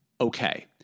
Okay